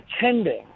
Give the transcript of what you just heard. attending